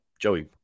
Joey